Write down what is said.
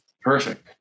Perfect